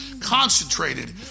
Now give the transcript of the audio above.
Concentrated